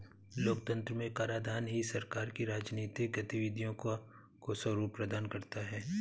लोकतंत्र में कराधान ही सरकार की राजनीतिक गतिविधियों को स्वरूप प्रदान करता है